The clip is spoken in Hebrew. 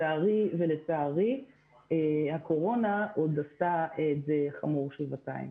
ולצערי, הקורונה עוד עשתה את זה חמור שבעתיים.